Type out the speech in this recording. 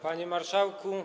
Panie Marszałku!